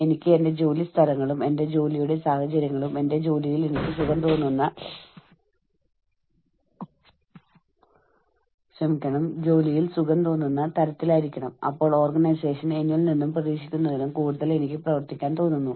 അതിനാൽ പൊതുവായ അന്തരീക്ഷം അല്ലെങ്കിൽ ജോലി ചെയ്യുന്ന പരിതസ്ഥിതി അതിൽ നമ്മൾക്ക് ഭീഷണി അല്ല മറിച്ച് സുരക്ഷിതത്വം തോന്നുന്നുവെങ്കിൽ അതിനെ നമ്മൾ മാനസിക സാമൂഹിക സുരക്ഷാ പരിതസ്ഥിതി എന്ന് വിളിക്കുന്നു